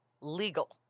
legal